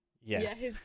Yes